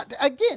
Again